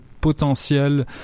potentiel